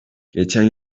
geçen